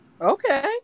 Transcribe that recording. Okay